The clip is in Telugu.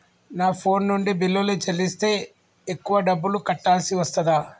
నా ఫోన్ నుండి బిల్లులు చెల్లిస్తే ఎక్కువ డబ్బులు కట్టాల్సి వస్తదా?